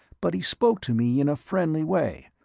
but he spoke to me in a friendly way,